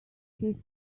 kiss